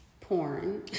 porn